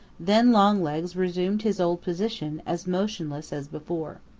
then longlegs resumed his old position as motionless as before.